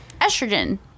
estrogen